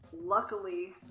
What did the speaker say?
Luckily